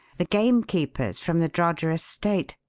the gamekeepers from the droger estate?